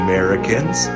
Americans